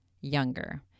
younger